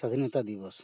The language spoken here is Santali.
ᱥᱟᱹᱫᱷᱤᱱᱚᱛᱟ ᱫᱤᱵᱚᱥ